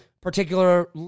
particular